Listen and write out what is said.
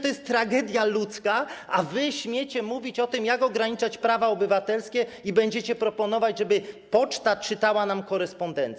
To jest tragedia ludzka, a wy śmiecie mówić o tym, jak ograniczać prawa obywatelskie, i będziecie proponować, żeby Poczta czytała nam korespondencję.